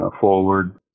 forward